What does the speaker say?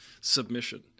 submission